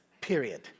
period